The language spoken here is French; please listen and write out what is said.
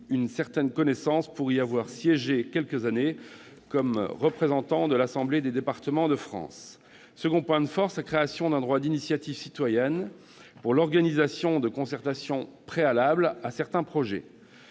une certaine connaissance, puisque j'y ai siégé quelques années comme représentant de l'Assemblée des départements de France. Deuxièmement, la création d'un droit d'initiative citoyenne pour l'organisation d'une concertation préalable à certains projets.